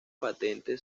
patente